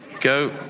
Go